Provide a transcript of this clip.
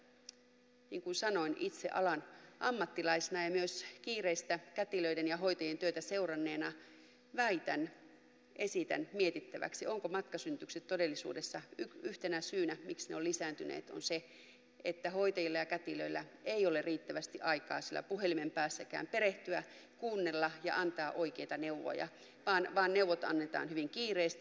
niin kuin sanoin itse alan ammattilaisena ja myös kiireistä kätilöiden ja hoitajien työtä seuranneena väitän esitän mietittäväksi onko todellisuudessa yhtenä syynä siihen miksi matkasynnytykset ovat lisääntyneet se että hoitajilla ja kätilöillä ei ole riittävästi aikaa siellä puhelimen päässäkään perehtyä kuunnella ja antaa oikeita neuvoja vaan neuvot annetaan hyvin kiireesti